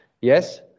yes